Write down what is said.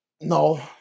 No